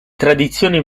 tradizioni